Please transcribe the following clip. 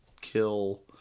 kill